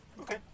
Okay